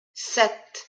sept